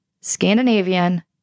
Scandinavian